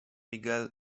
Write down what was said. miguel